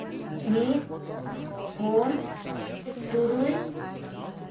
ᱢᱤᱫ ᱯᱩᱱ ᱛᱩᱨᱩᱭ